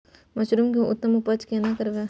Mushroom के उत्तम उपज केना करबै?